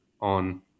on